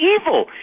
evil